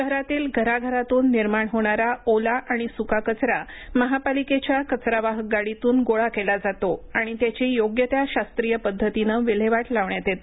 शहरातील घराघरातून निर्माण होणारा ओला आणि सुका कचरा महापालिकेच्या कचरा वाहक गाडीतून गोळा केला जातो आणि त्याची योग्य त्या शास्त्रीय पद्धतीनं विल्हेवाट लावण्यात येते